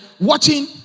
watching